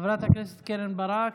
חברת הכנסת קרן ברק,